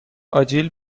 آجیل